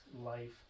life